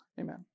amen